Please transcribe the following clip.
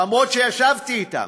אף שישבתי אתם,